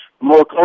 more